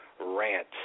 Rant